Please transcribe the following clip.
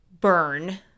burn